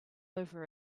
over